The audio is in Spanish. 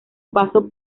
paso